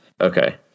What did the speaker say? Okay